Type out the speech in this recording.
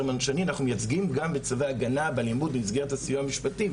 אנחנו מייצגים גם בצווי הגנה באלימות במסגרת הסיוע המשפטי,